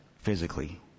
physically